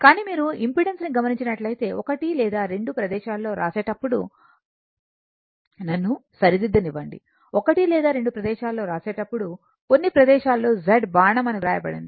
కానీ మీరు ఇంపెడెన్స్ ని గమనించినట్లైతే ఒకటి లేదా రెండు ప్రదేశాలలో వ్రాసేటప్పుడు నన్ను సరిదిద్దనివ్వండి ఒకటి లేదా రెండు ప్రదేశాలలో రాసేటప్పుడు కొన్ని ప్రదేశాలలో Z బాణం అని వ్రాయబడింది